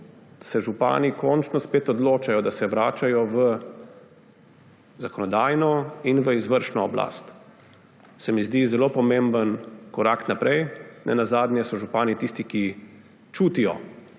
da se župani končno spet odločajo, da se vračajo v zakonodajno in v izvršno oblast, se mi zdi zelo pomemben korak naprej, nenazadnje so župani tisti, ki čutijo